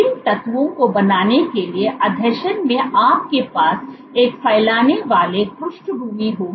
इन तंतुओं को बनाने के लिए आसंजन में आपके पास एक फैलाने वाली पृष्ठभूमि होगी